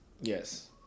Yes